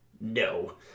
no